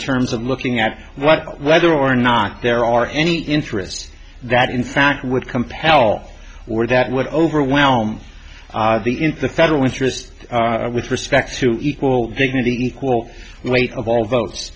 terms of looking at what whether or not there are any interests that in fact would compel or that would overwhelm the federal interest with respect to equal dignity equal weight of all vote